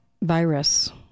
Virus